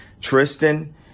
tristan